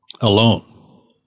alone